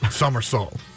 somersault